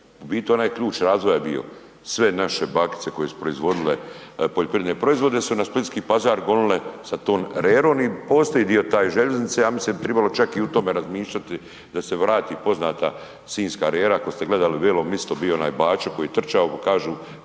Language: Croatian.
u biti ona je ključ razvoja bio, sve naše bakice koje su proizvodile poljoprivredne proizvode su na splitski Pazar gonile sa tom rerom i postoji dio te željeznice, ja mislim da bi tribalo i u tome razmišljati da se vrati poznata Sinjska rera. Ako ste gledali VElo Misto bio je onaj Baćo koji je trčao kažu